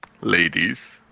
ladies